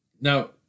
Now